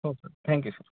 हो sir thank you sir